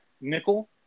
nickel